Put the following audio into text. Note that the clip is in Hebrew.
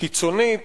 קיצונית